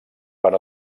per